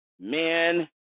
man